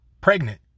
pregnant